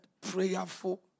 prayerful